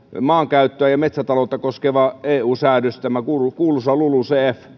maankäyttöä ja metsätaloutta koskeva eu säädös tämä kuuluisa lulucf